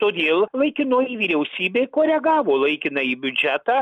todėl laikinoji vyriausybė koregavo laikinąjį biudžetą